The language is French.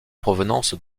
provenance